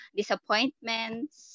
disappointments